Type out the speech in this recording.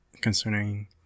concerning